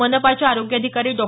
मनपाच्या आरोग्य अधिकारी डॉ